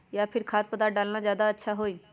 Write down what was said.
या फिर खाद्य पदार्थ डालना ज्यादा अच्छा होई?